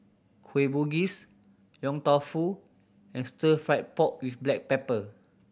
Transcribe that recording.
Kueh Bugis Yong Tau Foo and Stir Fried Pork With Black Pepper